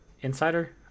Insider